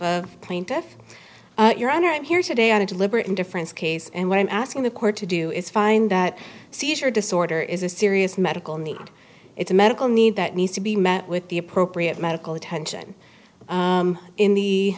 a plaintiff your honor i'm here today on a deliberate indifference case and what i'm asking the court to do is find that seizure disorder is a serious medical need it's a medical need that needs to be met with the appropriate medical attention in the